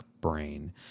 brain